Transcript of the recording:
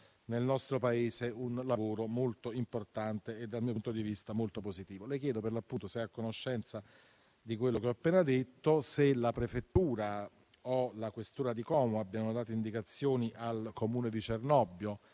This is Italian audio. nel nostro Paese un lavoro molto importante e - dal mio punto di vista - molto positivo. Le chiedo per l'appunto se è a conoscenza di quello che ho appena detto; se la prefettura o la questura di Como abbiamo dato indicazioni al Comune di Cernobbio